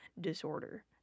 disorder